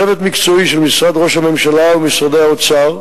צוות מקצועי של משרד ראש הממשלה ומשרדי האוצר,